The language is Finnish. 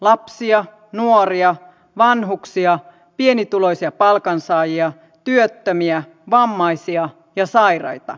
lapsia nuoria vanhuksia pienituloisia palkansaajia työttömiä vammaisia ja sairaita